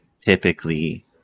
typically